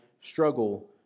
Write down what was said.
struggle